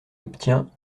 obtient